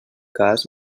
cas